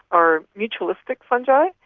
are mutualistic fungi,